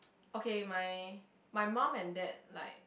okay my my mum and dad like